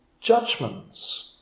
judgments